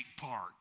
Park